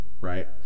right